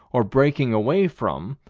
or breaking away from,